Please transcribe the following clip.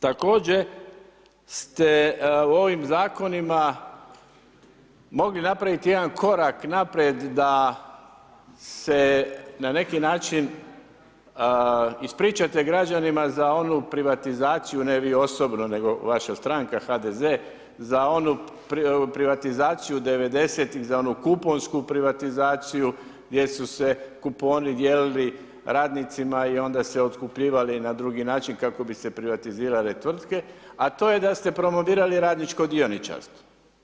Također ste ovim zakonima mogli napraviti jedna korak naprijed da se na neki način ispričate građanima za onu privatizaciju, ne vi osobno nego vaša stranka, HDZ, za onu privatizaciju 90-ih, za onu kuponsku privatizaciju gdje su se kuponi dijelili radnicima i onda se otkupljivali na drugi način kako bi se privatizirale tvrtke, a to je da ste promovirali radničko dioničarstvo.